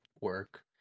work